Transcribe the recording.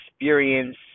experience